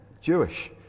Jewish